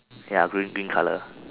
ya green green colour